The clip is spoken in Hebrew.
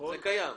זה קיים.